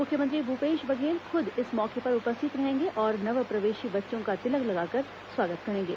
मुख्यमंत्री भूपेश बघेल खुद इस मौके पर उपस्थित रहेंगे और नवप्रवेशी बच्चों का तिलक लगाकर स्वागत करेंगे